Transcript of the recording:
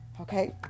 okay